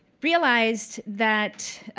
realized that